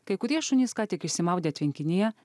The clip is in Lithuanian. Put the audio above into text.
kai kurie šunys ką tik išsimaudė tvenkinyje